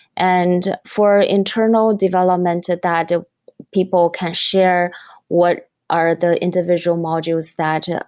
and for internal development that that people can share what are the individual modules that